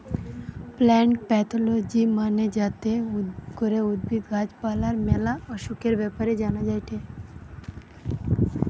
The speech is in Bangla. প্লান্ট প্যাথলজি মানে যাতে করে উদ্ভিদ, গাছ পালার ম্যালা অসুখের ব্যাপারে জানা যায়টে